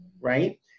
right